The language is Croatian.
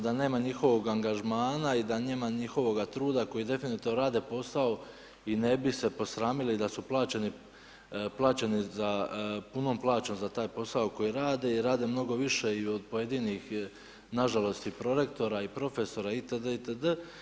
Da nema njihovog angažmana i da nema njihovoga trude koji definitivno rade posao i ne bi se posramili da su plaćeni punom plaćom za taj posao koji rade i rade mnogo više i od pojedinih na žalost i prorektora i profesora itd.